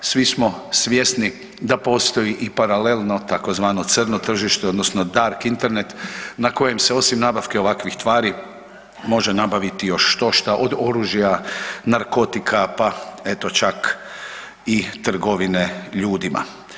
Svi smo svjesni da postoji i paralelno tzv. crno tržište odnosno dark Internet na kojem se osim nabavke ovakvih tvari može nabaviti još štošta od oružja, narkotika, pa eto čak i trgovine ljudima.